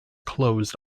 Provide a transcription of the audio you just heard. closed